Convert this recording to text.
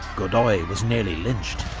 godoy was nearly lynched.